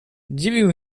dziwił